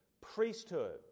priesthood